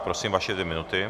Prosím, vaše dvě minuty.